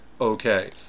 Okay